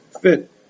fit